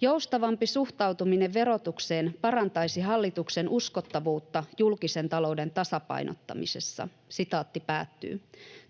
”Joustavampi suhtautuminen verotukseen parantaisi hallituksen uskottavuutta julkisen talouden tasapainottamisessa.”